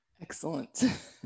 Excellent